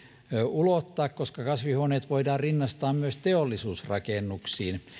ulottaa koska kasvihuoneet voidaan rinnastaa myös teollisuusrakennuksiin